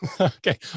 Okay